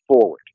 forward